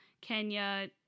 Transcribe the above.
Kenya